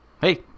hey